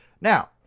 Now